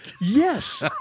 Yes